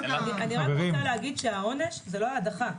חשוב לי להדגיש שהעונש הוא לא ההדחה.